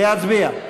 מצביעים.